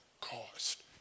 cost